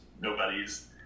nobody's